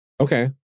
Okay